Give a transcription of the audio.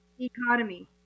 economy